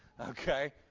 Okay